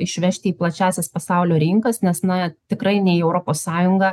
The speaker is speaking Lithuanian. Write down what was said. išvežti į plačiąsias pasaulio rinkas nes na tikrai ne į europos sąjungą